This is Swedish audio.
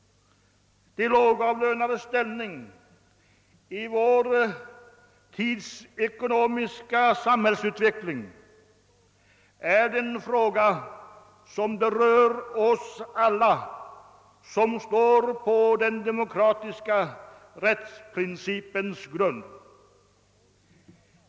De lågavlönades ställning i vår tids ekonomiska samhällsutveckling är en fråga som berör oss alla som står på den demokratiska rättsprincipens grund.